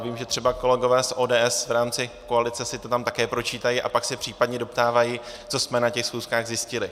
Vím, že třeba kolegové z ODS v rámci koalice si to tam také pročítají a pak se případně doptávají, co jsme na těch schůzkách zjistili.